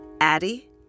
Addie